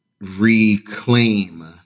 reclaim